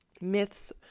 Myths